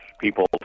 people